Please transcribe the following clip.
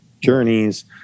journeys